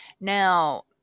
Now